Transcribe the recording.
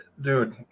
dude